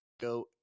Go